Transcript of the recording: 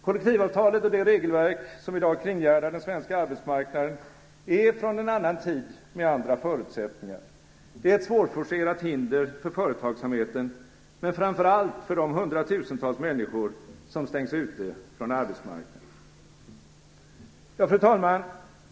Kollektivavtalet och det regelverk som i dag kringgärdar den svenska arbetsmarknaden är från en annan tid med andra förutsättningar. Det är ett svårforcerat hinder för företagsamheten men framför allt för de hundratusentals människor som stängs ute från arbetsmarknaden. Fru talman!